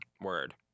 Word